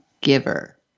giver